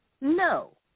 No